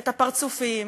את הפרצופים,